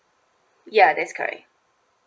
ya that's correct